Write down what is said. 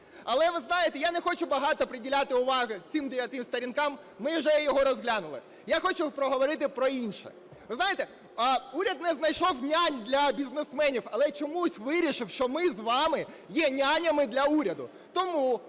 Але, ви знаєте, я не хочу багато приділяти уваги цим 9 сторінкам. Ми вже його розглянули. Я хочу поговорити про інше. Ви знаєте, уряд не знайшов "нянь" для бізнесменів. Але чомусь вирішив, що ми з вами є "нянями" для уряду.